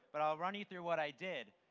but run you through what i did.